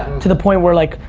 to the point where, like,